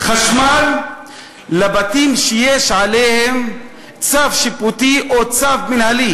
חשמל לבתים שיש עליהם צו שיפוטי או צו מינהלי